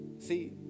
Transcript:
See